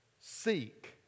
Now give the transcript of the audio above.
Seek